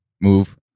move